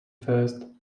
first